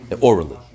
orally